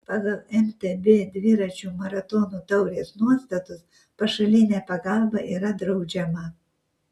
pagal mtb dviračių maratonų taurės nuostatus pašalinė pagalba yra draudžiama